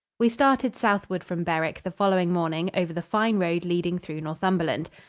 we started southward from berwick the following morning over the fine road leading through northumberland.